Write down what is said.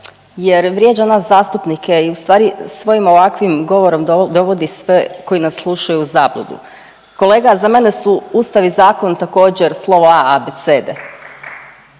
jer vrijeđa nas zastupnike i u stvari svojim ovakvim govorom dovodi sve koji nas slušaju u zabludu. Kolega za mene su Ustav i zakon također slovo A abecede, a